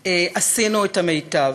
עשינו את המיטב.